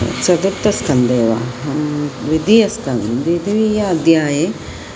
चतुर्थस्कन्धे वा अहं द्वितीयस्कन्धे द्वितीये अध्याये